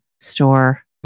store